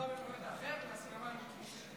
הסכמה עם קיש.